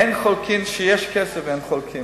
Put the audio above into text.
אין חולקין כשיש כסף, אין חולקין.